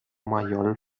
mayor